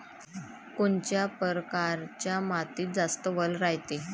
कोनच्या परकारच्या मातीत जास्त वल रायते?